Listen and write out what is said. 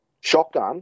shotgun